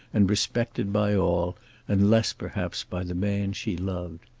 and respected by all unless perhaps by the man she loved.